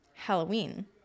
Halloween